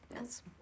yes